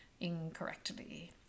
incorrectly